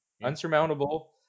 unsurmountable